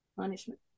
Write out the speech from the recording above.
Punishment